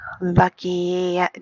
lucky